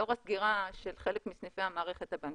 לאור הסגירה של חלק מסניפי המערכת הבנקאית,